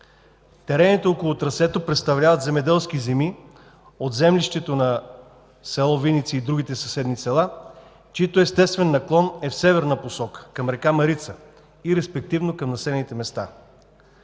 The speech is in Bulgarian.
Терените около трасето представляват земеделски земи от землището на село Виница и другите съседни села, чийто естествен наклон е в северна посока към река Марица и респективно към населените места.